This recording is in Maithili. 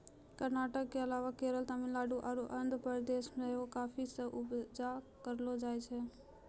कर्नाटक के अलावा केरल, तमिलनाडु आरु आंध्र प्रदेश मे सेहो काफी के उपजा करलो जाय छै